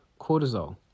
cortisol